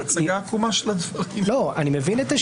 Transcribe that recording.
אני מבין את השאלה.